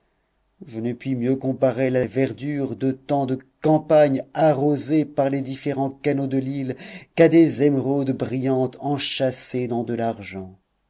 je ne puis mieux comparer la verdure de tant de campagnes arrosées par les différents canaux de l'île qu'à des émeraudes brillantes enchâssées dans de l'argent